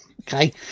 okay